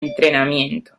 entrenamiento